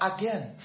again